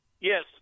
Yes